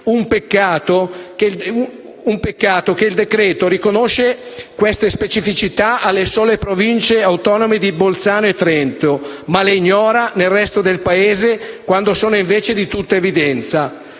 Peccato che il decreto-legge riconosce queste specificità alle sole Province autonome di Bolzano e Trento, ma le ignora nel resto del Paese, quando sono invece di tutta evidenza.